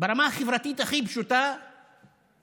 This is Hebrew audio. ברמה החברתית הכי פשוטה היא